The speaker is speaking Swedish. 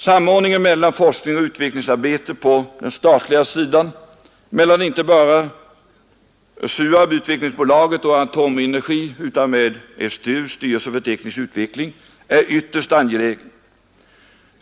Samordningen mellan forskning och utvecklingsarbete på den statliga sidan mellan inte bara SUAB, Utvecklingsbolaget, och Atomenergi utan med STU, Styrelsen för teknisk utveckling, är ytterst angelägen.